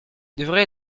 devrait